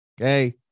Okay